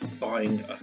buying